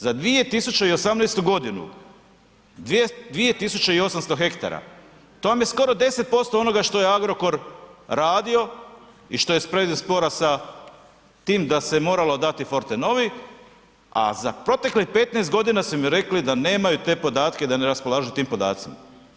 Za 2018. 2800 hektara, to vam je skoro 10% onoga što je Agrokor radio i što je predmet spora sa tim da se moralo dati Fortenovi, a za proteklih 15 godina su mi rekli da nemaju te podatke, da ne raspolažu tim podacima.